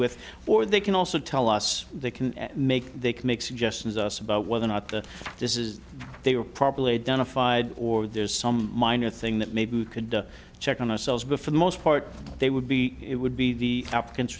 with or they can also tell us they can make they can make suggestions us about whether or not this is they were probably identified or there's some minor thing that maybe you can check on ourselves but for the most part they would be it would be the applican